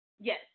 yes